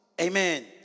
Amen